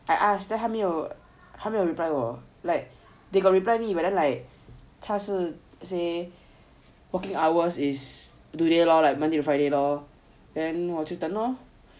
I asked then 还没有 reply 我 like they got reply me but then like 他是 as in working hours is today lor monday to friday lor then 我就等 lor